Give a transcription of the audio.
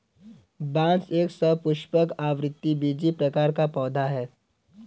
बांस एक सपुष्पक, आवृतबीजी प्रकार का पौधा है